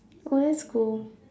oh that's cool